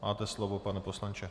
Máte slovo, pane poslanče.